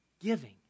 Giving